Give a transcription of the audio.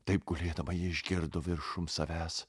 taip gulėdama ji išgirdo viršum savęs